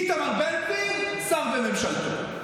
איתמר בן גביר שר בממשלתו.